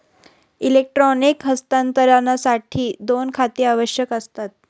electronic हस्तांतरणासाठी दोन खाती आवश्यक असतात